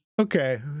Okay